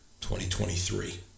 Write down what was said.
2023